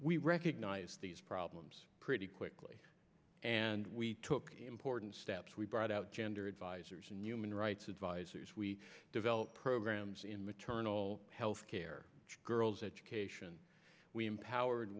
we recognize these problems pretty quickly and we took important steps we brought out gender advisors and human rights advisors we develop programs in maternal health care girls education we empowered